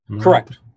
Correct